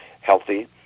healthy